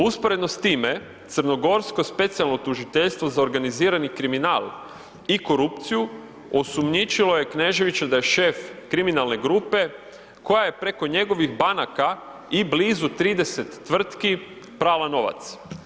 Usporedno s time, crnogorsko Specijalno tužiteljstvo za organizirani kriminal i korupciju osumnjičilo je Kneževića da je šef kriminalne grupe koja je preko njegovih banaka i blizu 30 tvrtki prala novac.